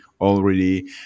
already